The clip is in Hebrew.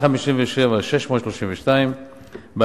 157 מיליון ו-632,436 ש"ח,